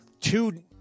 two